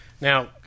Now